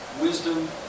wisdom